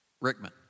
Rickman